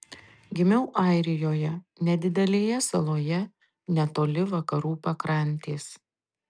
gimiau airijoje nedidelėje saloje netoli vakarų pakrantės